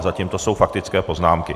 Zatím to jsou faktické poznámky.